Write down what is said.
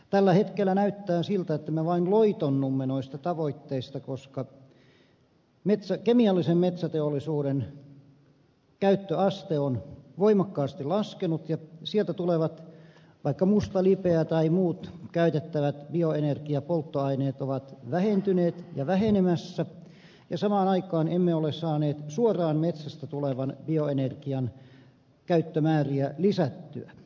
tällä hetkellä näyttää siltä että me vain loitonnumme noista tavoitteista koska kemiallisen metsäteollisuuden käyttöaste on voimakkaasti laskenut ja sieltä tulevat vaikka mustalipeä tai muut käytettävät bioenergiapolttoaineet ovat vähentyneet ja vähenemässä ja samaan aikaan emme ole saaneet suoraan metsästä tulevan bioenergian käyttömääriä lisättyä